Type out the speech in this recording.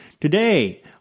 Today